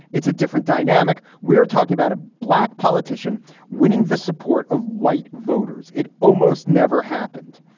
it's a different dynamic. we're talking about a black politician winning the support of white voters. it almost never happened.